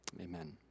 amen